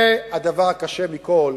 והדבר הקשה מכול,